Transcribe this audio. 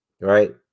right